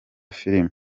filime